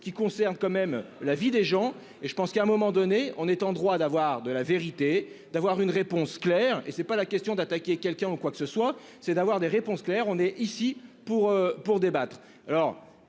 qui concerne quand même la vie des gens et je pense qu'à un moment donné, on est en droit d'avoir de la vérité, d'avoir une réponse claire et c'est pas la question d'attaquer quelqu'un ou quoi que ce soit, c'est d'avoir des réponses claires. On est ici pour pour débattre.